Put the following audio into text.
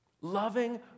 loving